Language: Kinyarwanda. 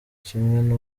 kimwe